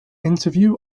interview